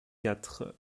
quatre